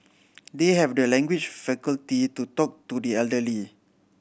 they have the language faculty to talk to the elderly